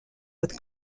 with